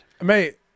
Mate